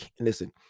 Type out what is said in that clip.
listen